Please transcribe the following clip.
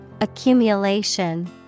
Accumulation